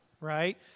right